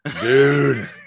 Dude